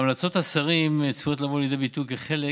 המלצות השרים צפויות לבוא לידי ביטוי כחלק